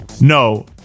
no